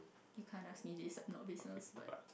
you kind of me this not business but